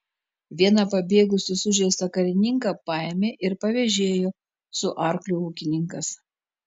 vieną pabėgusį sužeistą karininką paėmė ir pavėžėjo su arkliu ūkininkas